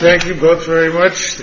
thank you both very much